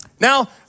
Now